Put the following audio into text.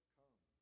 come